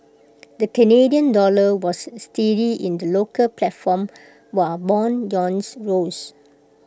the Canadian dollar was steady in the local platform while Bond rose